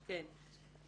אוסטרוביץ'.